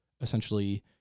essentially